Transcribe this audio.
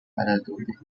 valladolid